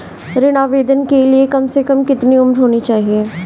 ऋण आवेदन के लिए कम से कम कितनी उम्र होनी चाहिए?